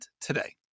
today